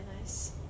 nice